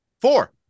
four